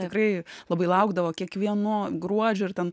tikrai labai laukdavo kiekvieno gruodžio ir ten